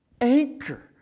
anchor